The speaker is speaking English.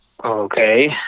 okay